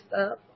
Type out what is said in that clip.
up